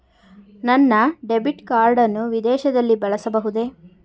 ನನ್ನ debit card ಅನ್ನು ವಿದೇಶದಲ್ಲಿ ಬಳಸಬಹುದೇ?